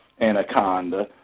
anaconda